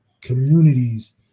communities